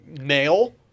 mail